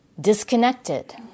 disconnected